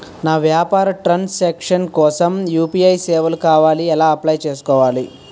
నా వ్యాపార transaction కోసం యు.పి.ఐ సేవలు కావాలి ఎలా అప్లయ్ చేసుకోవాలి?